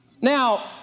Now